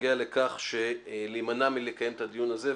בנוגע לכך שנימנע מלקיים את הדיון הזה.